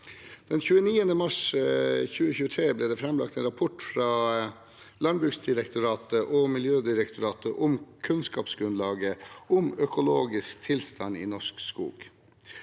Den 29. mars 2023 ble det framlagt en rapport fra Landbruksdirektoratet og Miljødirektoratet om kunnskapsgrunnlaget om økologisk tilstand i norsk skog.